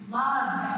love